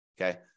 okay